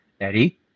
Eddie